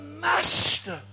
master